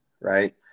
right